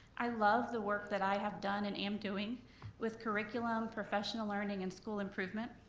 i love the work that i have done and am doing with curriculum, professional learning, and school improvement,